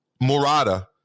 Murata